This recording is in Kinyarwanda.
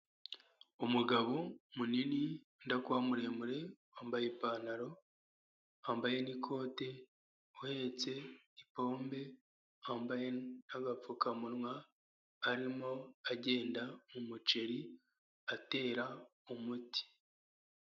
Umugabo munini wenda kuba muremure wambaye ipantaro, wambaye n'ikote uhetse igipombe wambaye n'agapfukamunwa arimo agenda umuceri atera umuti.